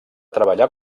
treballar